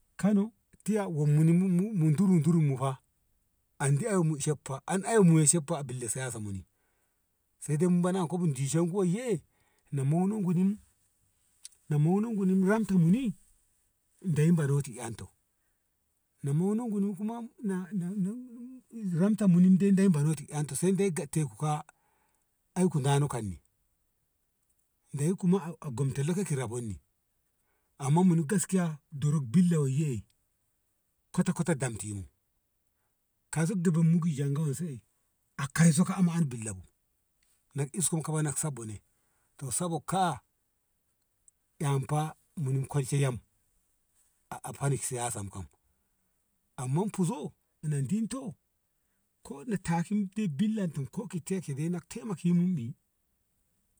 kano tiya wom muni durum durum mu fa an diya mu ishen mu fa sed mu bana ko di shen ku man ye na moni gunin ramto guni deyi bo no ni yam to na moni guni kuma na na ramtobuni sai dai moni emto sai dai gadda tu ka ai ku dano kanni leye a gamto le ki rabon ni amma muni gaskiya drok billa wei ye kwata kwata dem tuni kai so di bom ki jan ga wei se a kai so ka a moi dilla bu iskon ku kaba se bone to sabok ka dam fa muni kol she yam a fani siya sa mu kam amma fuzo yo dinto ko ki taki ke temaki mum ni